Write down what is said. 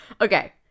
Okay